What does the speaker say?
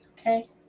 Okay